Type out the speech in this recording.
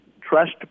trust